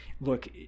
look